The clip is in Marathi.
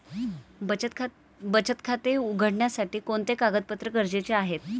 बचत खाते उघडण्यासाठी कोणते कागदपत्रे गरजेचे आहे?